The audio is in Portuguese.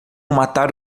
matar